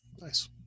Nice